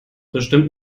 bestimmt